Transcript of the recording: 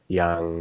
yang